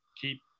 keep